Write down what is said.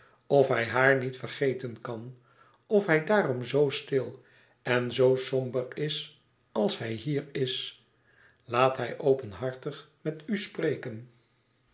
of hij haar niet vergeten kan of hij daarom zoo stil en zoo somber is als hij hier is laat hij openhartig met u spreken